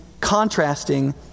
contrasting